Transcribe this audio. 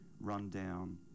run-down